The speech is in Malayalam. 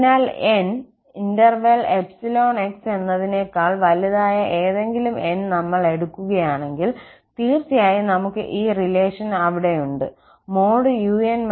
അതിനാൽ 𝑁 𝜖 𝑥 എന്നതിനേക്കാൾ വലുതായ ഏതെങ്കിലും n നമ്മൾ എടുക്കുകയാണെങ്കിൽ തീർച്ചയായും നമുക്ക് ഈ റിലേഷൻ അവിടെയുണ്ട് |𝑢𝑛 0|𝜖